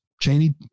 Cheney